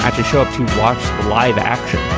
um to show up to watch live action.